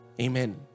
Amen